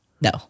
No